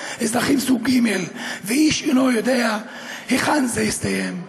אזרחים סוג ג' ואיש אינו יודע היכן זה יסתיים.